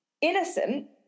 innocent